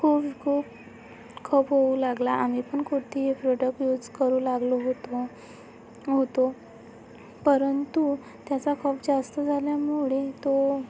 खूप खूप खप होऊ लागला आम्ही पण कुर्ती हे प्रॉडक्ट यूज करू लागलो होतो होतो परंतु त्याचा खप जास्त झाल्यामुळे तो